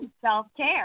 self-care